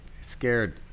scared